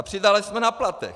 Přidali jsme na platech.